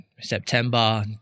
September